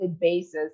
basis